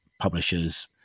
publishers